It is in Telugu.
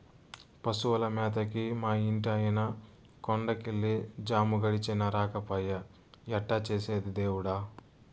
పశువుల మేతకి మా ఇంటాయన కొండ కెళ్ళి జాము గడిచినా రాకపాయె ఎట్టా చేసేది దేవుడా